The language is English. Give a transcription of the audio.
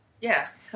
Yes